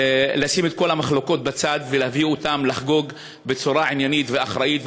לשים את כל המחלוקות בצד ולהביא אותם לחגוג בצורה עניינית ואחראית,